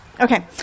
Okay